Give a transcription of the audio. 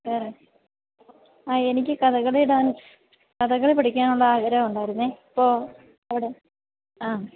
വേറെ ആഹ് എനിക്ക് കഥകളി ഡാന്സ് കഥകളി പഠിക്കാനുള്ള ആഗ്രഹം ഉണ്ടായിരുന്നെ അപ്പോൾ അവിടെ ആഹ്